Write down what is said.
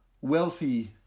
wealthy